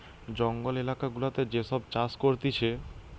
জঙ্গল এলাকা গুলাতে যে সব চাষ করতিছে